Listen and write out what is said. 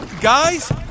Guys